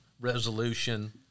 resolution